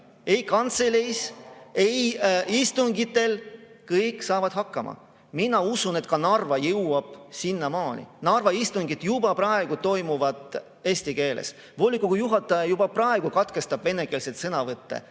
ei kantseleis ega istungitel, kõik saavad hakkama. Mina usun, et ka Narva jõuab sinnamaani. Narva istungid juba praegu toimuvad eesti keeles. Volikogu juhataja juba praegu katkestab venekeelseid sõnavõtte.